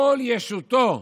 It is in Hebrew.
כל ישותו,